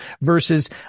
versus